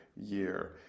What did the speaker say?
year